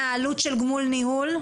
והעלות של גמול ניהול?